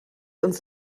uns